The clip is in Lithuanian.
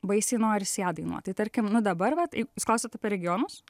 baisiai noris ją dainuot tai tarkim nu dabar vat jei jūs klausiat apie regionus